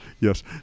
yes